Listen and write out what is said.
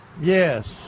Yes